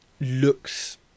looks